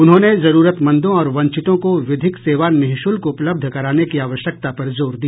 उन्होंने जरूरतमंदों और वंचितों को विधिक सेवा निःशुल्क उपलब्ध कराने की आवश्यकता पर जोर दिया